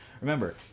remember